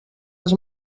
les